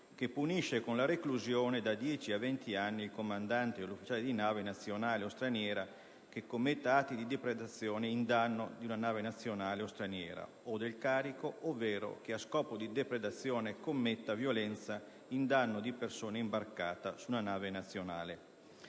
che punisce con la reclusione da 10 a 20 anni il comandante o l'ufficiale di nave nazionale o straniera che commetta atti di depredazione in danno di una nave nazionale o straniera o del carico, ovvero che a scopo di depredazione commetta violenza in danno di persona imbarcata su una nave nazionale